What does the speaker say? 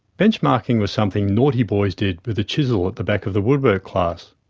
benchmarking was something naughty boys did with a chisel at the back of the woodwork class.